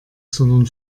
sondern